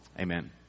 amen